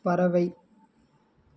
பறவை